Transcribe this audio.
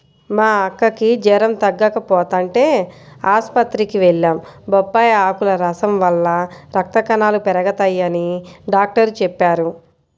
మా అక్కకి జెరం తగ్గకపోతంటే ఆస్పత్రికి వెళ్లాం, బొప్పాయ్ ఆకుల రసం వల్ల రక్త కణాలు పెరగతయ్యని డాక్టరు చెప్పారు